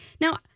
Now